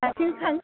हारसिं थां